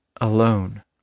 Alone